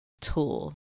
tool